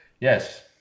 Yes